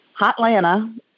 hotlanta